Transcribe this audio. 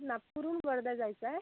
नागपूरहून वर्धा जायचं आहे